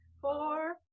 four